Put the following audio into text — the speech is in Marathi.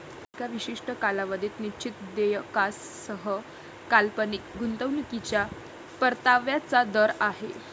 एका विशिष्ट कालावधीत निश्चित देयकासह काल्पनिक गुंतवणूकीच्या परताव्याचा दर आहे